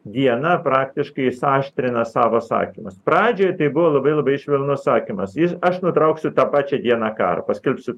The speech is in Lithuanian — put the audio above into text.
diena praktiškai jis aštrina savo sakymus pradžioje tai buvo labai labai švelnus sakymas jis aš nutrauksiu tą pačią dieną karą paskelbsiu